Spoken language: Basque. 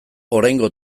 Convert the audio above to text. oraingo